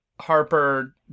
Harper